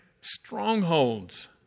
strongholds